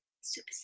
Super